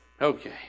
Okay